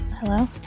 hello